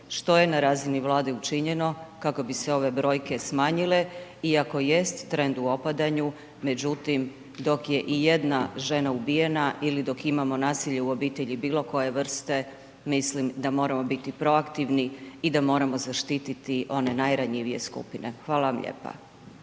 što je na razini vlade učinjeno, kako bi se ove brojke smanjile, iako jest trend u opadanju, međutim, dok je ijedna žena ubijena ili dok imamo nasilje u obitelji, bilo koje vrste, mislim da moramo biti proaktivni i da moramo zaštiti one najranjivije skupine. Hvala vam lijepo.